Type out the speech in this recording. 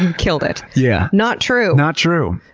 and killed it. yeah not true. not true!